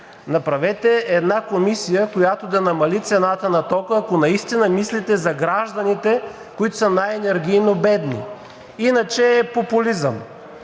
направете една комисия, която да намали цената на тока, ако наистина мислите за гражданите, които са най-енергийно бедни, иначе е популизъм.